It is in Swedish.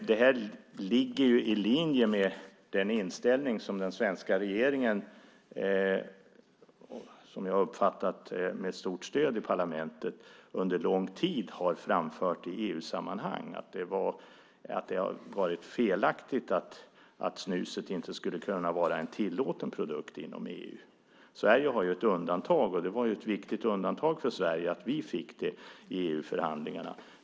Det ligger ju i linje med den inställning som den svenska regeringen med, som jag har uppfattat det, stort stöd i parlamentet under lång tid har framfört i EU-sammanhang, nämligen att det har varit fel att snus inte skulle kunna vara en tillåten produkt inom EU. Sverige har ett undantag, och det var ju ett viktigt undantag för Sverige som vi fick i EU-förhandlingarna.